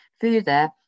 Further